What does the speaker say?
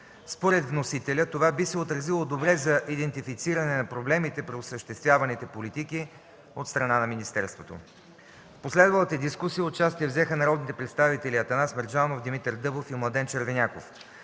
Според вносителя това би се отразило добре за идентифициране на проблемите при осъществяваните политики от страна на министерството. В последвалата дискусия участие взеха народните представители Атанас Мерджанов, Димитър Дъбов и Младен Червеняков.